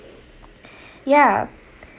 yeah